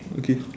okay